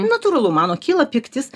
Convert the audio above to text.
natūralu mano kyla pyktis